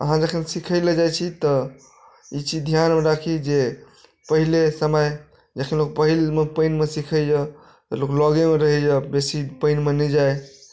अहाँ जखन सिखै लए जाइत छी तऽ ई चीज ध्यानमे राखी जे पहिले समय जखन लोक पहिल पानिमे सिखैया तऽ लोक लगेमे रहैया बेसी पानिमे नहि जाइ